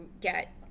get